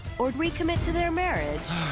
or recommit to their marriage.